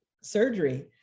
surgery